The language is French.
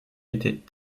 étaient